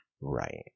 Right